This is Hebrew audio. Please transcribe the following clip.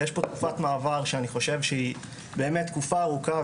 יש פה תקופת מעבר שאני חושב שהיא תקופה ארוכה.